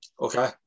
Okay